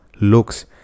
looks